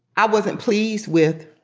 i wasn't pleased with,